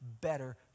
better